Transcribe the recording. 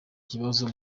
kibazo